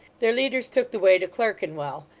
their leaders took the way to clerkenwell,